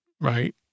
right